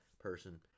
person